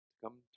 Come